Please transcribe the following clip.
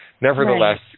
Nevertheless